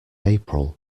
april